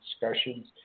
discussions